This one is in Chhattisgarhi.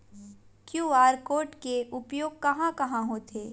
क्यू.आर कोड के उपयोग कहां कहां होथे?